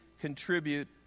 contribute